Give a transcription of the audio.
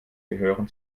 gehören